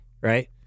right